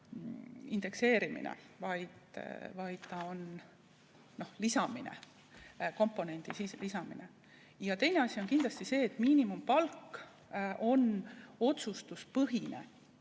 indekseerimine, vaid ta on lisamine, komponendi lisamine. Teine asi on kindlasti see, et miinimumpalk on otsustuspõhine.